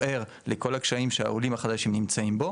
ער לכל הקשיים שהעולים החדשים נמצאים בו